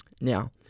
Now